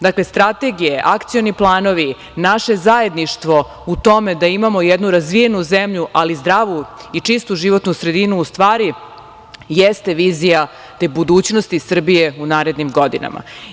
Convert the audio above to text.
Dakle, strategije, akcioni planovi, naše zajedništvo u tome da imamo jednu razvijenu zemlju, ali zdravu i čistu životnu sredinu u stvari jeste vizija budućnosti Srbije u narednim godinama.